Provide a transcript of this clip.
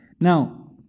Now